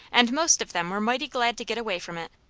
and most of them were mighty glad to get away from it.